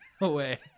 away